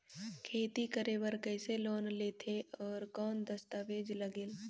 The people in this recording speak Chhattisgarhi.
खेती करे बर कइसे लोन लेथे और कौन दस्तावेज लगेल?